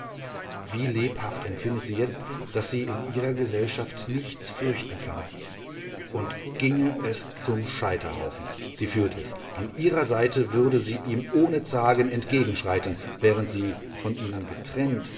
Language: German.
wie lebhaft empfindet sie jetzt daß sie in ihrer gesellschaft nichts fürchten kann und ginge es zum scheiterhaufen sie fühlt es an ihrer seite würde sie ihm ohne zagen entgegenschreiten während sie von ihnen getrennt